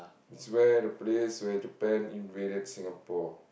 is where the place where Japan invaded Singapore